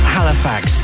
Halifax